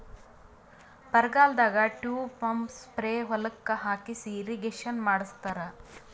ಬರಗಾಲದಾಗ tube pump spray ಹೊಲಕ್ಕ್ ಹಾಕಿಸಿ ಇರ್ರೀಗೇಷನ್ ಮಾಡ್ಸತ್ತರ